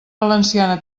valenciana